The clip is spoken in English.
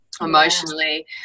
emotionally